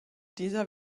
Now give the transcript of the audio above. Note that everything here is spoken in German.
dieser